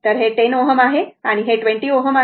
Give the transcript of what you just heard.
तर हे 10 Ω आहे आणि हे 20 Ω आहे